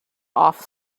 off